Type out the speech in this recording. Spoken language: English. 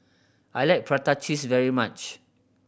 I like prata cheese very much